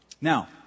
Now